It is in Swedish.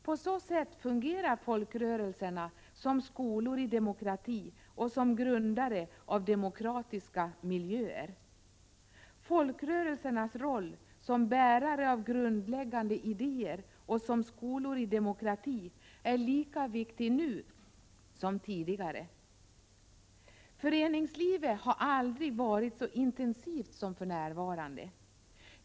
På så sätt fungerar folkrörelserna som skolor i demokrati och som grundare av demokratiska miljöer. Folkrörelsernas roll som bärare av grundläggande idéer och som skolor i demokrati är lika viktig nu som tidigare. Föreningslivet har aldrig varit så intensivt som för närvarande.